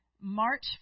March